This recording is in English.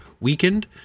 weakened